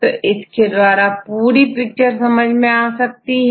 तो इसके द्वारा पूरी पिक्चर समझ में आ सकती है